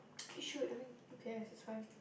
we should I mean who cares it's fine